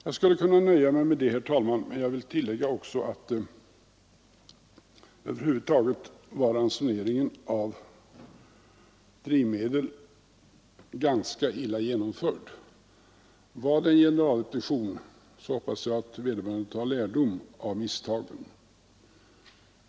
Jag skulle kunna nöja mig med det, herr talman, men jag vill tillägga att över huvud taget var ransoneringen av drivmedel ganska illa genomförd. Var det en generalrepetition, så hoppas jag att vederbörande tar lärdom av misstagen.